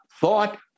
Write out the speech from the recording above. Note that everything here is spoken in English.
thought